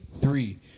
Three